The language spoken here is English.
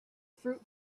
fruit